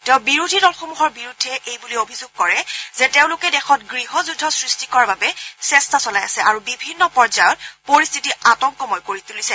তেওঁ বিৰোধী দলসমূহৰ বিৰুদ্ধে এই বুলি অভিযোগ কৰে যে তেওঁলোকে দেশত গৃহযুদ্ধ সৃষ্টি কৰাৰ বাবে চেষ্টা চলাই আছে আৰু বিভিন্ন পৰ্যায়ত পৰিস্থিতি আতংকময় কৰি তুলিছে